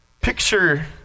Picture